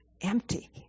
empty